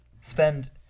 spend